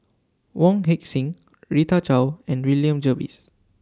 Wong Heck Sing Rita Chao and William Jervois